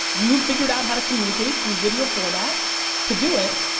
you figured out how to communicate through video format to do it,